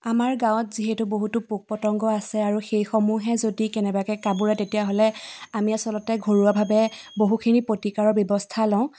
আমাৰ গাঁৱত যিহেতু বহুতো পোক পতংগ আছে আৰু যেইসমূহে যদি কেনেবাকৈ কামোৰে তেতিয়াহ'লে আমি আচলতে ঘৰুৱাভাৱে বহুখিনি প্ৰতিকাৰৰ ব্যৱস্থা লওঁ